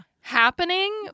happening